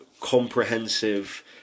comprehensive